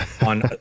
on